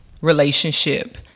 relationship